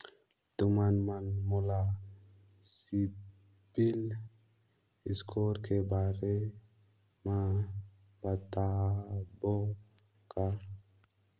तुमन मन मोला सीबिल स्कोर के बारे म बताबो का?